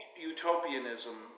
utopianism